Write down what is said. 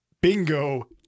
Bingo